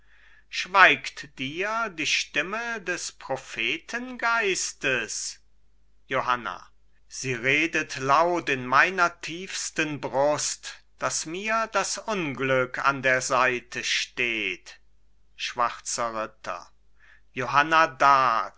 schweigt dir die stimme des prophetengeistes johanna sie redet laut in meiner tiefsten brust daß mir das unglück an der seite steht schwarzer ritter johanna